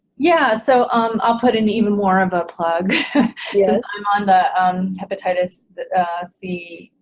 yeah so um i'll put an even more of a plug yeah i'm on the um hepatitis c,